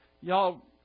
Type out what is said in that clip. y'all